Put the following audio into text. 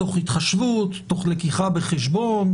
"תוך התחשבות", "תוך לקיחה בחשבון"